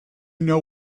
know